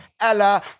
ella